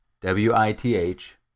W-I-T-H